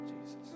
Jesus